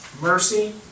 Mercy